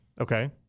okay